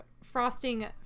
frosting